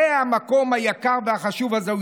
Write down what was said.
זה המקום היקר והחשוב הזה.